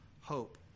hope